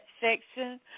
section